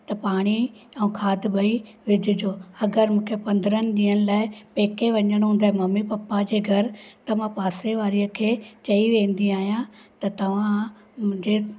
त पाणी ऐं खाद ॿई विझिजो अगरि मूंखे पंदरहनि ॾींहनि लाइ पेके वञिणो हूंदो आहे मम्मी पप्पा जे घरु त मां पासे वारीअ खे चई वेंदी आहियां त तव्हां मुंहिंजे